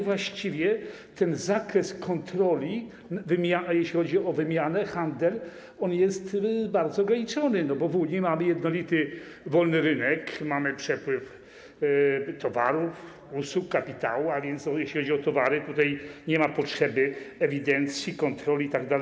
Właściwie ten zakres kontroli, jeśli chodzi o wymianę, handel, jest bardzo ograniczony, bo w Unii mamy jednolity, wolny rynek, mamy przepływ towarów, usług, kapitału, a więc jeśli chodzi o towary, to tutaj nie ma potrzeby ewidencji, kontroli itd.